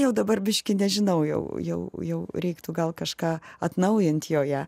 jau dabar biški nežinau jau jau jau reiktų gal kažką atnaujint joje